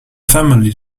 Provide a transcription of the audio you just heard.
family